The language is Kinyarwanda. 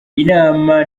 inama